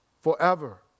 forever